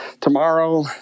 tomorrow